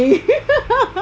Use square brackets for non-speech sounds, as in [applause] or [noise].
[laughs]